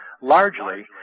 largely